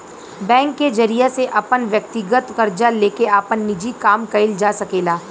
bank के जरिया से अपन व्यकतीगत कर्जा लेके आपन निजी काम कइल जा सकेला